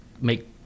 make